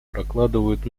прокладывают